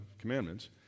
commandments